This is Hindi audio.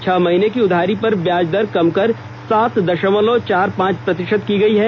छह महीने की उधारी पेर ब्याज दर कम कर सात दशमलव चार पांच प्रतिशत की गई है